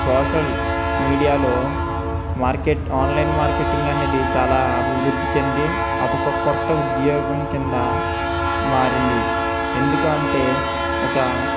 social మీడియాలో market online marketing అనేది చాలా అభివృద్ధి చెంది అదొక కొత్త ఉద్యోగం కింద మారంది ఎందుకంటే ఒక